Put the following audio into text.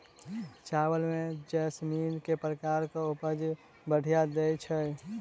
चावल म जैसमिन केँ प्रकार कऽ उपज बढ़िया दैय छै?